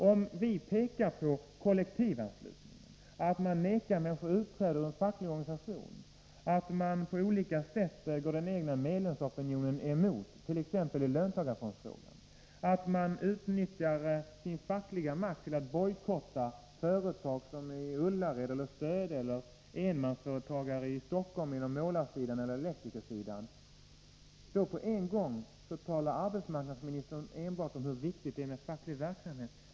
Om vi pekar på att man har kollektivanslutning, att man vägrar att bevilja utträde ur en facklig organisation, att man på olika sätt går den egna medlemsopinionen emot, t.ex. i löntagarfondsfrågan, och att man utnyttjar sin fackliga makt till att bojkotta företag, såsom skett i Ullared och Stöde, eller till att bojkotta enmansföretag i Stockholm på målaroch elektrikersidan, då talar arbetsmarknadsministern enbart om hur viktigt det är med facklig verksamhet.